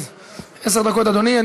אדוני.